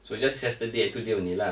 so it's just yesterday and today only lah